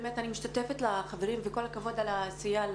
אני משתתפת עם החברים וכל הכבוד למנכ"ל על הסיוע,